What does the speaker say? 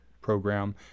program